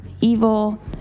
evil